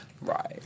Right